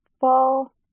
fall